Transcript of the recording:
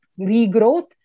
regrowth